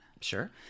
Sure